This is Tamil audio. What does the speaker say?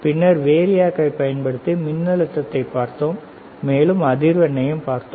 பின்னர் வேறியாக்கை பயன்படுத்தி மின்னழுத்தத்தைப் பார்த்தோம் மேலும் அதிர்வெண்ணையும் பார்த்தோம்